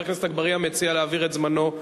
חבר הכנסת אגבאריה מציע להעביר את זמנו,